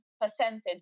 percentage